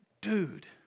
dude